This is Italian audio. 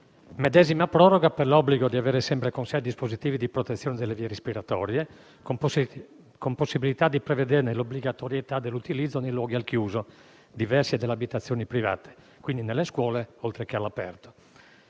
Medesima proroga è prevista per l'obbligo di avere sempre con sé dispositivi di protezione delle vie respiratorie, con possibilità di prevederne l'obbligatorietà dell'utilizzo nei luoghi al chiuso diversi dalle abitazioni private, quindi nelle scuole, oltre che all'aperto.